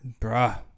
Bruh